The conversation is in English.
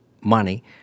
money